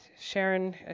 Sharon